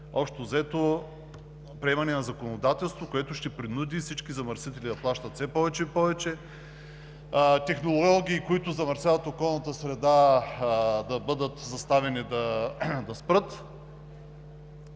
общо взето приемане на законодателство, което ще принуди всички замърсители да плащат все повече и повече; технологии, които замърсяват околната среда, да бъдат заставени да спрат;